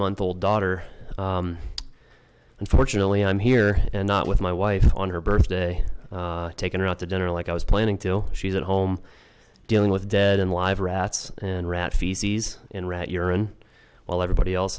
month old daughter and fortunately i'm here and not with my wife on her birthday taken her out to dinner like i was planning to do she's at home dealing with dead and live rats and rat feces in rat urine while everybody else